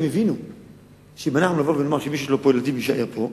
הם הבינו שאם אנחנו נאמר שמי שיש לו פה ילדים יישאר פה,